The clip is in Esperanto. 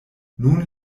nun